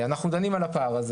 אנחנו דנים על הפער הזה.